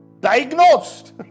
diagnosed